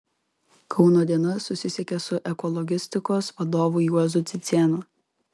kauno diena susisiekė su ekologistikos vadovu juozu cicėnu